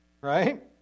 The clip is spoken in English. Right